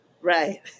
Right